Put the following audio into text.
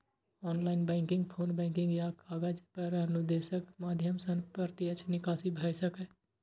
online banking, phone banking या कागज पर अनुदेशक माध्यम सं प्रत्यक्ष निकासी भए सकैए